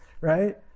right